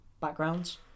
backgrounds